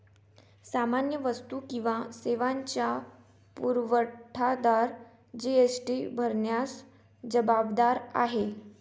सामान्य वस्तू किंवा सेवांचा पुरवठादार जी.एस.टी भरण्यास जबाबदार आहे